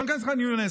לא ניכנס לח'אן יונס.